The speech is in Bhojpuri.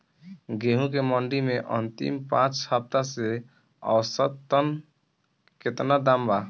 गेंहू के मंडी मे अंतिम पाँच हफ्ता से औसतन केतना दाम बा?